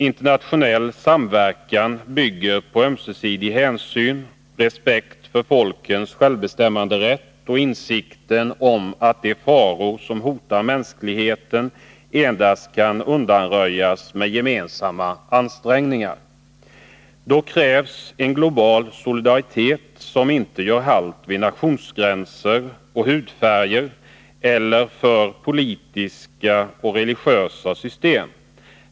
Internationell samverkan bygger på ömsesidig hänsyn, respekt för folkens självbestämmanderätt och insikten om att de faror som hotar mänskligheten endast kan undanröjas med gemensamma ansträngningar. Härför krävs en global solidaritet som inte gör halt vid nationsgränser och hudfärger eller för politiska och religiösa system.